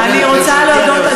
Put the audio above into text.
אני אוסיף לך זמן.